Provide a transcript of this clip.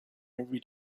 every